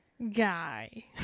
Guy